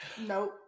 Nope